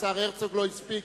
השר הרצוג לא הספיק,